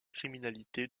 criminalité